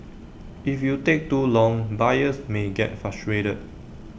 if you take too long buyers may get frustrated